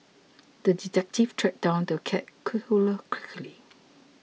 the detective tracked down the cat killer quickly